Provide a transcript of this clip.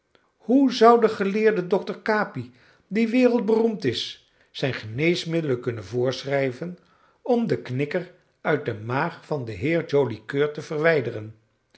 hoe zou de geleerde dokter capi die wereldberoemd is zijn geneesmiddelen kunnen voorschrijven om den knikker uit de maag van den heer joli coeur te verwijderen